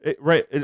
Right